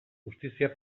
justizia